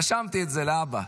רשמתי את זה להבא.